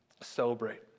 Celebrate